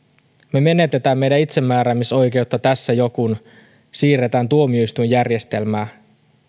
me menetämme meidän itsemääräämisoikeutta tässä jo kun siirretään tuomioistuinjärjestelmää